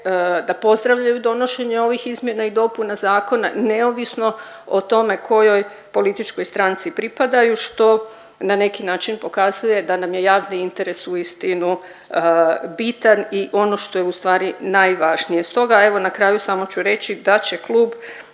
da pozdravljaju donošenje ovih izmjena i dopuna zakona neovisno o tome kojoj političkoj stranci pripadaju što na neki način pokazuje da nam je javni interes uistinu bitan i ono što je u stvari najvažnije. Stoga evo na kraju samo ću reći da će Klub